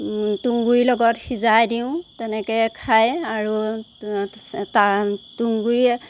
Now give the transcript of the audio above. তুঁহগুৰি লগত সিজাই দিওঁ তেনেকৈ খায় আৰু তুঁহগুৰি